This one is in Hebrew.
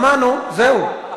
שמענו, זהו.